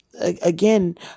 again